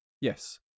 yes